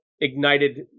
ignited